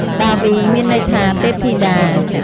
ដាវី មានន័យថាទេពធីតា។